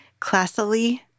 classily